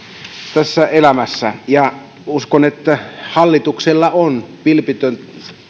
tässä elämässä uskon että hallituksella on vilpitön